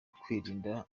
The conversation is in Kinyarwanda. kwirinda